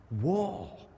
War